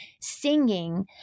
singing